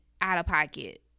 out-of-pocket